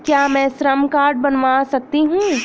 क्या मैं श्रम कार्ड बनवा सकती हूँ?